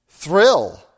thrill